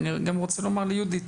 וגם אני רוצה להגיד ליהודית